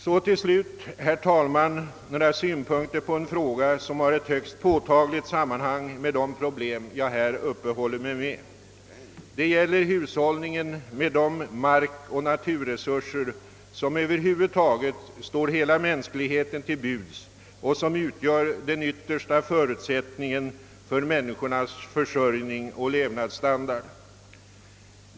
Så, herr talman, några synpunkter på en fråga som har ett högst påtagligt samband med de problem jag här uppehållit mig vid. Det gäller hushållningen med de markoch naturresurser som över huvud taget står hela mänskligheten till buds och som utgör den yttersta förutsättningen för människornas försörjning och levnadsstandard.